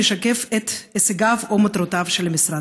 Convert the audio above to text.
משקף את הישגיו או את מטרותיו של המשרד?